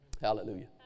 Hallelujah